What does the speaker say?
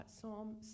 Psalm